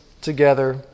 together